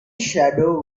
shadow